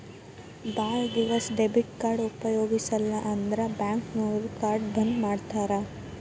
ಭಾಳ್ ದಿವಸ ಡೆಬಿಟ್ ಕಾರ್ಡ್ನ ಉಪಯೋಗಿಸಿಲ್ಲಂದ್ರ ಬ್ಯಾಂಕ್ನೋರು ಕಾರ್ಡ್ನ ಬಂದ್ ಮಾಡ್ತಾರಾ